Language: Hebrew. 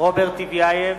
רוברט טיבייב,